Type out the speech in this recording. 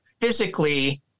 physically